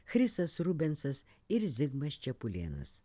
chrisas rubensas ir zigmas čepulėnas